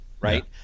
Right